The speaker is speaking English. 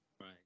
Right